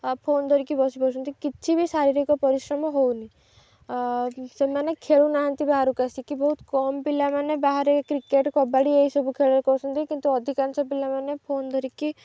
ଆଉ ଫୋନ୍ ଧରିକି ବସି ପଡ଼ୁଛନ୍ତି କିଛି ବି ଶାରୀରିକ ପରିଶ୍ରମ ହେଉନି ସେମାନେ ଖେଳୁନାହାନ୍ତି ବାହାରକୁ ଆସିକି ବହୁତ କମ୍ ପିଲାମାନେ ବାହାରେ କ୍ରିକେଟ୍ କବାଡ଼ି ଏଇସବୁ ଖେଳରେ କରୁଛନ୍ତି କିନ୍ତୁ ଅଧିକାଂଶ ପିଲାମାନେ ଫୋନ୍ ଧରିକି